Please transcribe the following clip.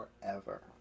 forever